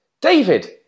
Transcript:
David